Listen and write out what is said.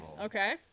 Okay